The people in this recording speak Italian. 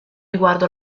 riguardo